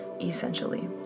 essentially